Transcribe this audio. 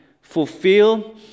fulfill